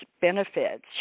benefits